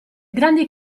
grandi